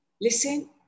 listen